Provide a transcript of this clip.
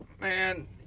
man